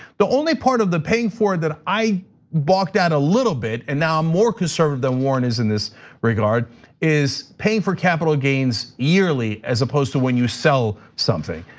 the only part of the paying for it that i balked at a little bit, and now i'm more concerned than warren is in this regard is paying for capital gains yearly as opposed to when you sell something.